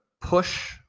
push